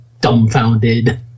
dumbfounded